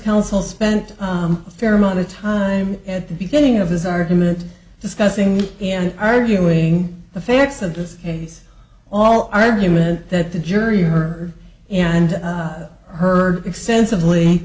counsel spent a fair amount of time at the beginning of this argument discussing and arguing the facts of this case all argument that the jury her and her extensively